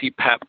CPAP